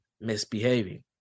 misbehaving